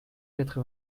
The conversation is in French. quatre